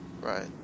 right